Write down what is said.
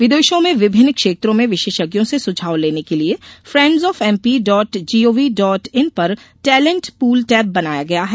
विदेशों में विभिन्न र्क्षत्रों में विशेषज्ञों से सुझाव लेने के लिये friends of MP dot G O V dot in पर टेलेंट पूल टैब बनाया गया है